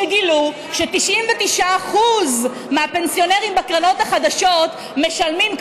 שגילו ש-99% מהפנסיונרים בקרנות החדשות משלמים,